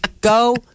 Go